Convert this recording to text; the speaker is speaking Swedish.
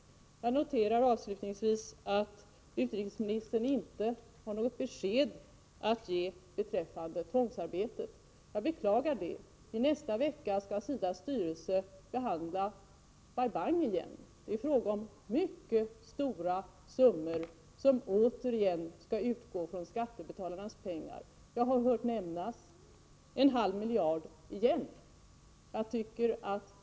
Jag noterar avslutningsvis att utrikesministern inte har något besked att ge beträffande tvångsarbetet. Jag beklagar detta. Nästa vecka skall SIDA:s styrelse behandla Bai Bang igen. Det är fråga om mycket stora summor som åter skall utgå av skattebetalarnas pengar. Jag har hört nämnas beloppet 0,5 miljarder.